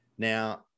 Now